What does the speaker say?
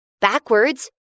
backwards